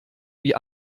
wie